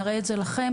נראה את זה לכם,